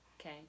okay